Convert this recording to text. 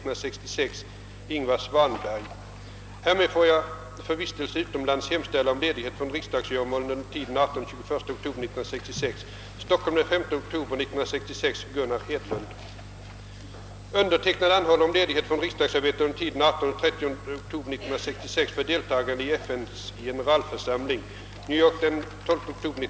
Härmed får jag för vistelse utomlands hemställa om ledighet från riksdagsgöromålen under tiden 18—22 oktober. Undertecknad anhåller om ledighet från riksdagsarbetet under tiden 18—30 oktober för deltagande i FN:s generalförsamling.